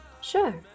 Sure